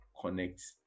connect